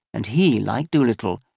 and he, like dolittle,